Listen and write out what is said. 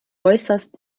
äußerst